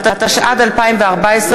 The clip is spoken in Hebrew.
התשע"ד 2014,